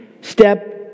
step